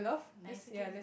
but it's okay